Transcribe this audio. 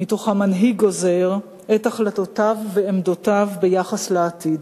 שמתוכם מנהיג גוזר את החלטותיו ועמדותיו ביחס לעתיד.